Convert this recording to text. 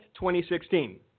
2016